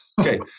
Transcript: okay